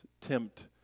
tempt